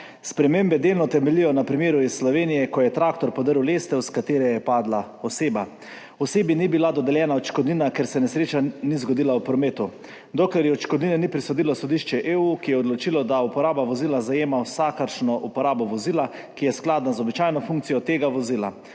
Spremembe delno temeljijo na primeru iz Slovenije, ko je traktor podrl lestev, s katere je padla oseba. Osebi ni bila dodeljena odškodnina, ker se nesreča ni zgodila v prometu, dokler ji odškodnine ni prisodilo sodišče EU, ki je odločilo, da uporaba vozila zajema vsakršno uporabo vozila, ki je skladna z običajno funkcijo tega vozila.